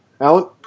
Alan